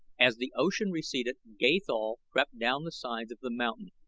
as the ocean receded gathol crept down the sides of the mountain,